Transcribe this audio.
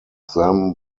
them